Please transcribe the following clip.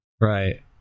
Right